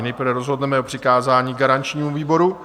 Nejprve rozhodneme o přikázání garančnímu výboru.